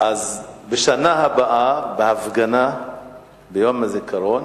אז בשנה הבאה, בהפגנה ביום הזיכרון,